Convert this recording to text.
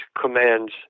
commands